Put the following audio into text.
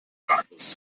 ratlos